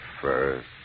first